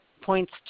points